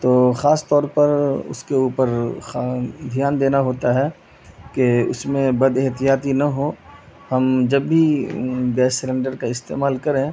تو خاص طور پر اس کے اوپر خان دھیان دینا ہوتا ہے کہ اس میں بد احتیاطی نہ ہو ہم جب بھی گیس سلینڈر کا استعمال کریں